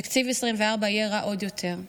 תקציב 2024 יהיה רע עוד יותר.